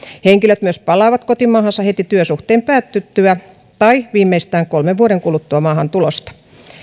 henkilöt myös palaavat kotimaahansa heti työsuhteen päätyttyä tai viimeistään kolmen vuoden kuluttua maahantulosta